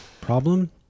problem